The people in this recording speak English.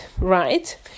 right